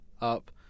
up